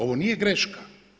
Ovo nije greška.